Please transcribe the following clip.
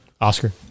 Oscar